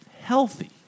healthy